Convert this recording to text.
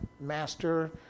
master